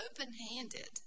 open-handed